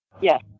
Yes